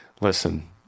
listen